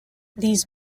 these